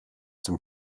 zum